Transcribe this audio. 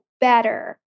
better